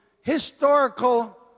historical